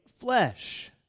flesh